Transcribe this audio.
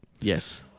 Yes